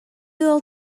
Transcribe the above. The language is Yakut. ыал